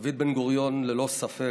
דוד בן-גוריון הוא ללא ספק